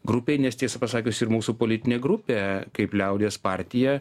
grupėj nes tiesą pasakius ir mūsų politinė grupė kaip liaudies partija